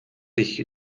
ich